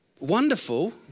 wonderful